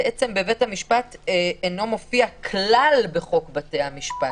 בעצם אינו מופיע כלל בחוק בתי המשפט.